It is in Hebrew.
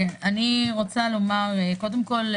קודם כל,